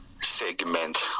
segment